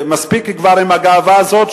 מספיק כבר עם הגאווה הזאת,